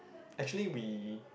actually we